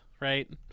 right